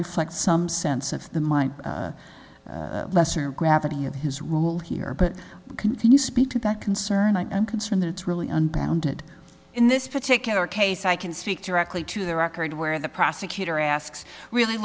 reflect some sense of the mind lesser gravity of his rule here but continue speak to that concerned i'm concerned that it's really unbounded in this particular case i can speak directly to the record where the prosecutor asks really